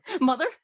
mother